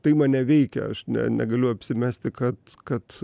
tai mane veikia aš ne negaliu apsimesti kad kad